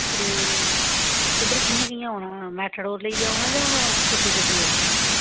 ते उद्धर कि'यां कि'यां औंना मैटाडोर लेइयै औंना जां छोटी गड्डी औंदी ऐ